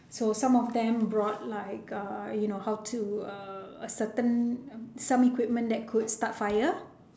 so some of them brought like uh you know how to err certain some equipment that could start fire